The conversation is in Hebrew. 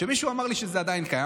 כשמישהו אמר לי שזה עדיין קיים,